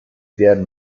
werden